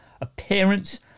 appearance